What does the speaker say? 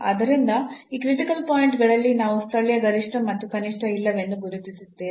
ಆದ್ದರಿಂದ ಈ critical point ಗಳಲ್ಲಿ ನಾವು ಸ್ಥಳೀಯ ಗರಿಷ್ಠ ಮತ್ತು ಕನಿಷ್ಠ ಇಲ್ಲವೆಂದು ಗುರುತಿಸುತ್ತೇವೆ